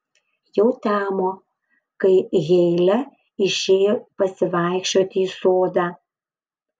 jau temo kai heile išėjo pasivaikščioti į sodą